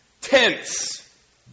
tense